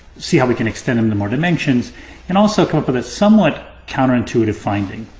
see how we can extend them to more dimensions and also cope with a somewhat counter-intuitive finding.